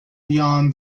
beyond